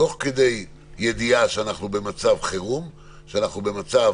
תוך ידיעה שאנחנו במצב חירום, שאנחנו במצב